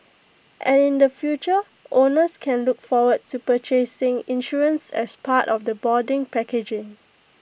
and in the future owners can look forward to purchasing insurance as part of the boarding packages